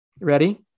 Ready